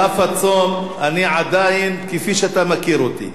על אף הצום אני עדיין כפי שאתה מכיר אותי.